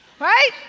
right